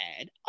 add